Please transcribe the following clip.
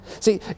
See